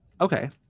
okay